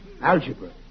Algebra